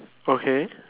okay